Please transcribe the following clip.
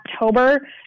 October